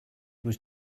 was